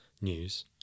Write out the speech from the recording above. news